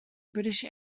british